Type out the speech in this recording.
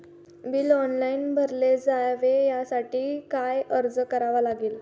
Bill online भरले जावे यासाठी काय अर्ज करावा लागेल?